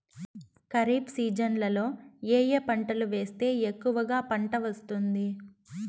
ఖరీఫ్ సీజన్లలో ఏ ఏ పంటలు వేస్తే ఎక్కువగా పంట వస్తుంది?